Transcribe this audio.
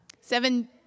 seven